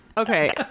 Okay